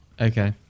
Okay